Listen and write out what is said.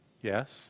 Yes